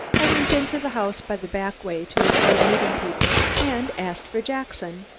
i went into the house by the back way to avoid meeting people and asked for jackson.